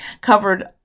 covered